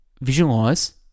visualize